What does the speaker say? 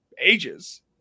ages